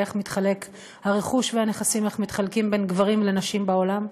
איך הרכוש והנכסים מתחלקים בין נשים לגברים בעולם?